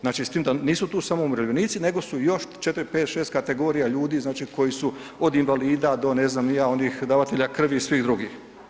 Znači s tim da nisu to samo umirovljenici nego su i još 4, 5, 6 kategorija ljudi znači koji su od invalida do ne znam ni ja, onih davatelja krvi i svih drugih.